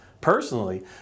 personally